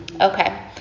Okay